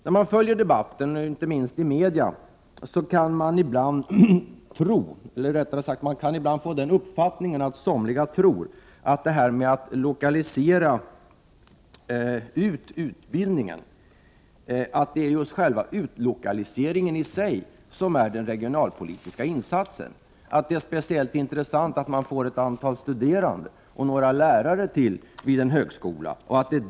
När man följer debatten, inte minst i media, kan man ibland få uppfattningen att somliga tror att när det gäller att lokalisera ut utbildningen är det just själva utlokaliseringen i sig som är den regionalpolitiska insatsen, att det är speciellt intressant att man får ytterligare ett antal studerande och några lärare vid en högskola.